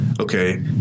okay